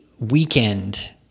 Weekend